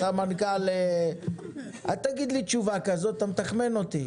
אל תגיד לי תשובה כזאת אתה מתחמן אותי,